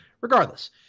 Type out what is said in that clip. Regardless